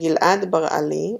גלעד ברעלי,